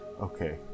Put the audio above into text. Okay